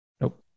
nope